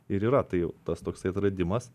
ir yra tai tas toksai atradimas